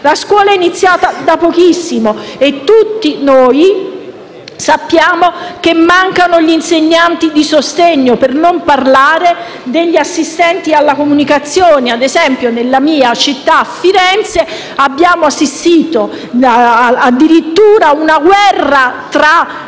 La scuola è iniziata da pochissimo e tutti noi sappiamo che mancano gli insegnanti di sostegno, per non parlare degli assistenti alla comunicazione. Ad esempio nella mia città, a Firenze, abbiamo assistito addirittura a una guerra tra